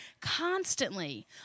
constantly